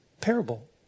parable